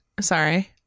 sorry